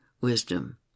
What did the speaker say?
wisdom